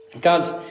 God's